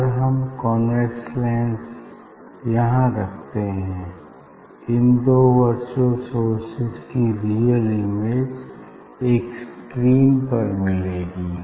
अगर हम convex lens यहाँ रखते हैं इन दो वर्चुअल सोर्सेज की रियल इमेज एक स्क्रीन पर मिलेगी